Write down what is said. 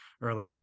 early